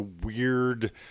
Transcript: weird